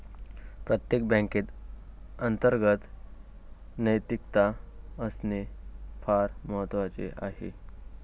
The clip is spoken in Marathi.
प्रत्येक बँकेत अंतर्गत नैतिकता असणे फार महत्वाचे आहे